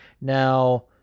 Now